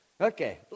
Okay